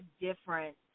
different